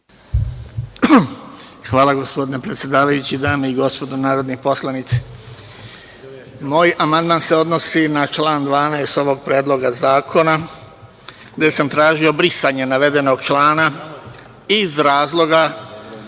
Hvala, gospodine predsedavajući. Dame i gospodo narodni poslanici, moj amandman se odnosi na član 12. ovog Predloga zakona, gde sam tražio brisanje navedenog člana iz razloga